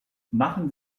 machen